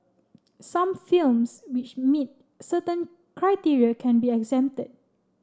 some films which meet certain criteria can be exempted